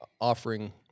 offering